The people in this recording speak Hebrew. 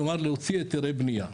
כלומר להוציא היתרי בניה.